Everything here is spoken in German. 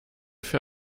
für